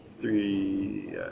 three